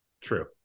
True